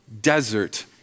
desert